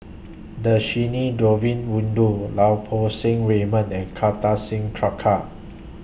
Dhershini Govin Winodan Lau Poo Seng Raymond and Kartar Singh Thakral